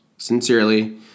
Sincerely